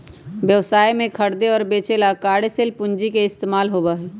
व्यवसाय में खरीदे और बेंचे ला कार्यशील पूंजी के इस्तेमाल होबा हई